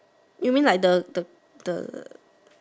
you mean like the the the the